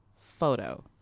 photo